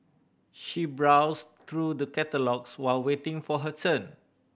she browsed through the catalogues while waiting for her turn